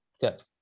Good